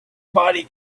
body